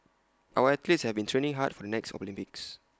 our athletes have been training hard for the next Olympics